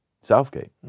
Southgate